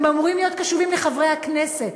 הם אמורים להיות קשובים לחברי הכנסת.